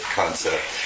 concept